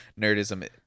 Nerdism